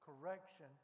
correction